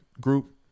group